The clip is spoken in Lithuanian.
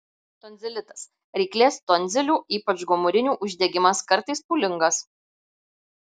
tonzilitas ryklės tonzilių ypač gomurinių uždegimas kartais pūlingas